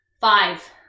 Five